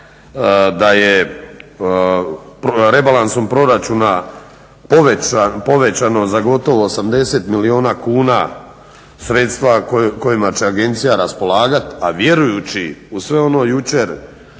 da je rebalansom proračuna povećano za gotovo 80 milijuna kuna sredstva kojima će agencija raspolagati. A vjerujući u sve ono jučer